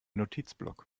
notizblock